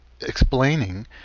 explaining